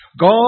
God